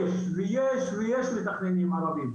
יש ויש מתכננים ערבים.